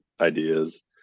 ideas